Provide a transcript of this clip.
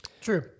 True